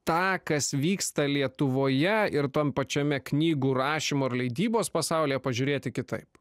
tą kas vyksta lietuvoje ir tam pačiame knygų rašymo ir leidybos pasaulyje pažiūrėt kitaip